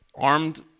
armed